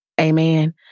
Amen